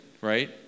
Right